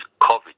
COVID